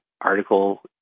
article